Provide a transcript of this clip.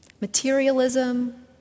materialism